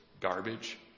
garbage